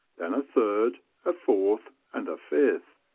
then a third, a fourth, and a fifth.